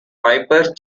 piper